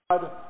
God